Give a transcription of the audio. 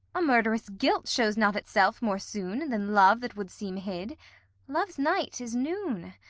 a murd'rous guilt shows not itself more soon than love that would seem hid love's night is noon.